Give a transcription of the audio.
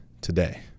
today